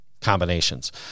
Combinations